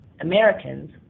Americans